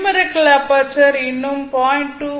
numerical aperture இன்னும் 0